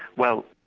well,